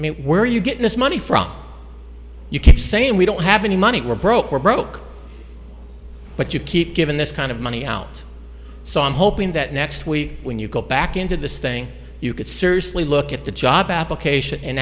i mean where are you getting this money from you keep saying we don't have any money we're broke we're broke but you keep giving this kind of money out so i'm hoping that next week when you go back into this thing you could seriously look at the job application and